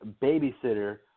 babysitter